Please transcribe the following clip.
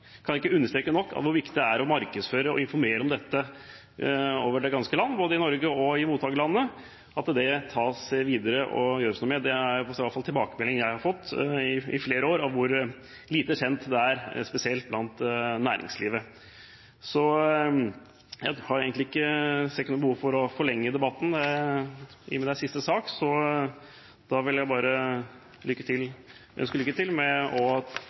kan delta i programmer, kan jeg ikke understreke nok hvor viktig det er å markedsføre og informere om dette over det ganske land, både i Norge og i mottakerlandene, at det tas videre og gjøres noe med. Det er iallfall tilbakemeldinger jeg har fått i flere år, hvor lite kjent det er, spesielt blant næringslivet. Jeg ser ikke noe behov for å forlenge debatten, i og med at det er siste sak, så da vil jeg bare ønske lykke til og håper at statsråden tar disse poengene med